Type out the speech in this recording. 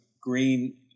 green